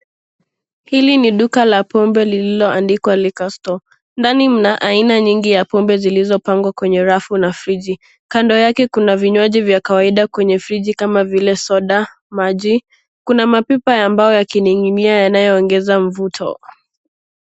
Hili ni duka la pombe lililoandikwa liquor store , ndani mna aina nyingi ya pombe zilizopangwa kwenye rafu na friji, kando yake kuna vinywaji vya kawaida kwenye friji kama vile soda, maji, kuna mapipa ya mbao yakining'inia yanayoongeza mvuto.